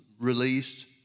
released